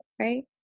right